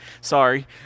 Sorry